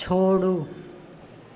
छोड़ू